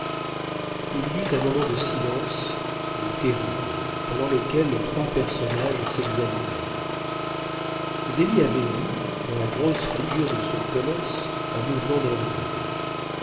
il y eut un moment de silence mais terrible pendant lequel les trois personnages s'examinèrent zélie avait vu dans la grosse figure de son colosse un mouvement nerveux